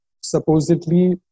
supposedly